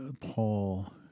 Paul